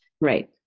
right